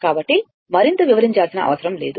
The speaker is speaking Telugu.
కాబట్టి మరింత వివరించాల్సిన అవసరం లేదు